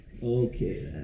Okay